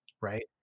right